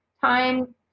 time